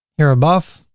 here above,